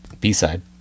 B-side